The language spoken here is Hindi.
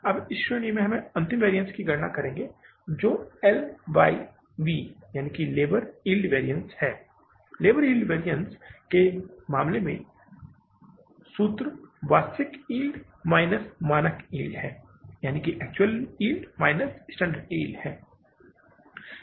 अब इस श्रेणी में हम अंतिम वैरिअन्स की गणना करेंगे जो लेबर यील्ड वेरियन्स है और लेबर यील्ड वेरियन्स के मामले में सूत्र वास्तविक यील्ड माइनस मानक यील्ड है